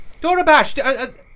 Dorabash